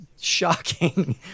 shocking